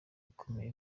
ikomeye